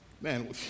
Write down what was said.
Man